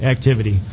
Activity